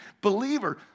believer